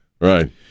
Right